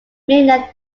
mainland